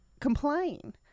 complain